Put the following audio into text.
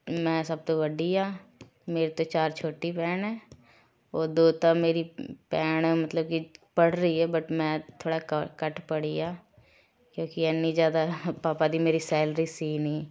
ਮੈਂ ਸਭ ਤੋਂ ਵੱਡੀ ਆ ਮੇਰੇ ਤੋਂ ਚਾਰ ਛੋਟੀ ਭੈਣ ਹੈ ਉਹ ਦੋ ਤਾਂ ਮੇਰੀ ਭੈਣ ਮਤਲਬ ਕਿ ਪੜ੍ਹ ਰਹੀ ਹੈ ਬਟ ਮੈਂ ਥੋੜ੍ਹਾ ਕ ਘੱਟ ਪੜ੍ਹੀ ਆ ਕਿਉਂਕਿ ਇੰਨੀ ਜ਼ਿਆਦਾ ਪਾਪਾ ਦੀ ਮੇਰੀ ਸੈਲਰੀ ਸੀ ਨਹੀਂ